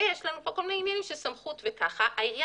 ויש לנו פה כל מיני עניינים של סמכות וככה העיריה